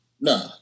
Nah